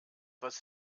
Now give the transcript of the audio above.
was